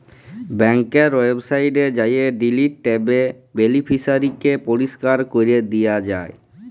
ব্যাংকের ওয়েবসাইটে যাঁয়ে ডিলিট ট্যাবে বেলিফিসিয়ারিকে পরিষ্কার ক্যরে দিয়া যায়